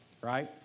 Right